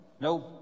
No